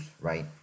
right